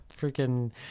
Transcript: freaking